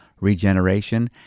regeneration